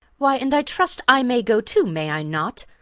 why, and i trust i may go too, may i not?